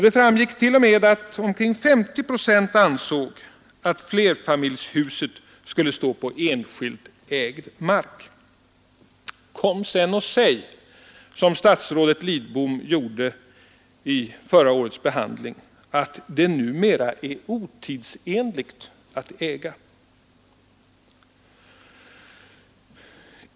Det framgick t.o.m. att omkring 50 procent ansåg att flerfamiljshuset skulle stå på enskilt ägd mark. Kom sedan och säg, som statsrådet Lidbom gjorde under förra årets behandling, att det numera är otidsenligt att äga!